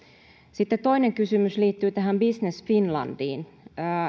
sitten toinen kysymys liittyy tähän business finlandiin